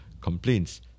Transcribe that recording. complaints